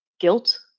Guilt